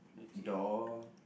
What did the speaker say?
door